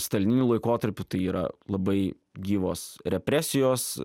stalininiu laikotarpiu tai yra labai gyvos represijos